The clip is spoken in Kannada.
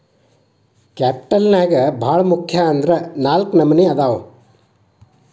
ಕ್ಯಾಪಿಟಲ್ ನ್ಯಾಗ್ ಭಾಳ್ ಮುಖ್ಯ ಅಂದ್ರ ನಾಲ್ಕ್ ನಮ್ನಿ ಅದಾವ್